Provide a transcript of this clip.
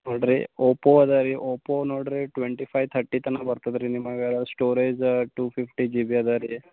ನೋಡಿರಿ ಓಪೋ ಅದಾ ರೀ ಓಪೋ ನೋಡಿರಿ ಟ್ವೆಂಟಿ ಫೈವ್ ಥರ್ಟಿ ತನ ಬರ್ತದೆ ರೀ ನಿಮಗೆ ಸ್ಟೋರೇಜಾ ಟೂ ಫಿಫ್ಟಿ ಜಿ ಬಿ ಅದಾ ರೀ